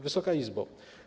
Wysoka Izbo!